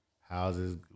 Houses